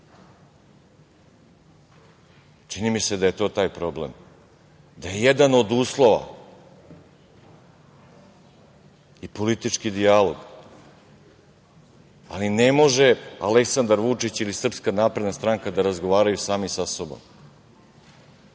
mi se da je to taj problem, da je jedan od uslova i politički dijalog. Ali ne može Aleksandar Vučić ili Srpska napredna stranka da razgovaraju sami sa sobom,